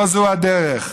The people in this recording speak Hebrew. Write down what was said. לא זו הדרך.